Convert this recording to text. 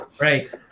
Right